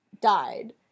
died